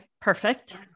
perfect